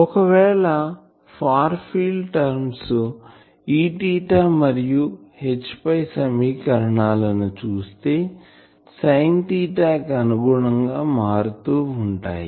ఒకవేళ far field terms Eθ మరియు Hϕ సమీకరణాలు చూస్తే సైన్ తీటా కి అనుగుణంగా మారుతూ ఉంటాయి